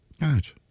Right